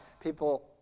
people